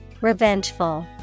Revengeful